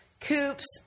Coop's